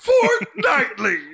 Fortnightly